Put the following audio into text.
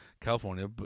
California